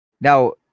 now